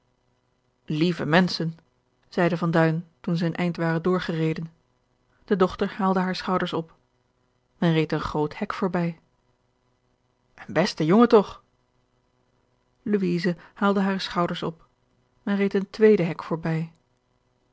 lieve menschen zeide van duin toen zij een eind waren doorgereden de dochter haalde hare schouders op men reed een groot hek voorbij een beste jongen toch louise haalde hare schouders op men reed een tweede hek voorbij